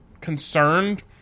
concerned